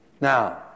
Now